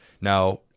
Now